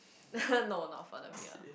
no not for the beer